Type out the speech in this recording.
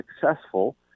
successful